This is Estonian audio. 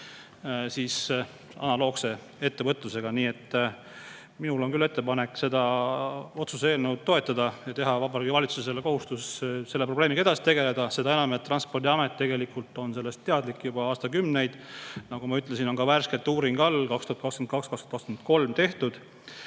analoogse ettevõtlusega. Nii et minul on küll ettepanek seda otsuse eelnõu toetada ja teha Vabariigi Valitsusele kohustus selle probleemiga edasi tegeleda, seda enam, et Transpordiamet on sellest teadlik olnud juba aastakümneid. Nagu ma ütlesin, ka värske uuring on all, 2022–2023 tehtud,